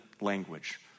language